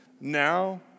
now